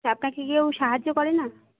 আপনাকে কেউ সাহায্য করে না